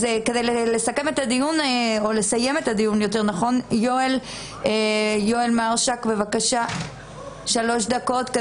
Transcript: אז כדי לסיים את הדיון, יואל מרשק בבקשה 3 דקות.